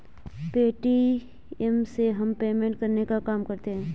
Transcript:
Paytm से हम payment करने का काम करते है